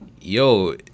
yo